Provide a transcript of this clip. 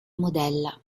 modella